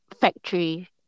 factory